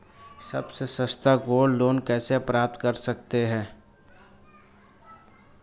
सबसे सस्ता gold loan कैसे प्राप्त कर सकते हैं?